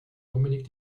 dominik